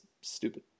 stupid